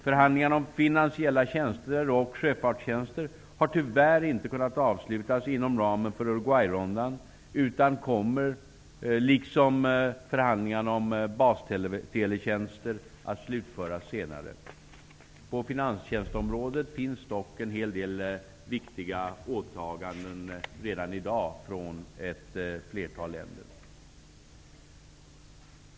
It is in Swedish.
Förhandlingarna om finansiella tjänster och sjöfartstjänster har tyvärr inte kunnat avslutas inom ramen för Uruguayrundan. De kommer, liksom förhandlingarna om basteletjänster, att slutföras senare. På finanstjänsteområdet finns dock redan i dag en hel del viktiga åtaganden från ett flertal länder.